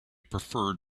preferred